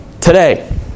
Today